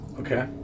Okay